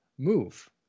move